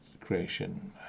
creation